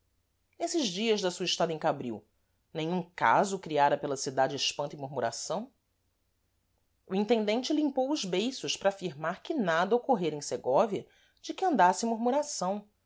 nesses dias da sua estada em cabril nenhum caso criara pela cidade espanto e murmuração o intendente limpou os beiços para afirmar que nada ocorrera em segóvia de que andasse murmuração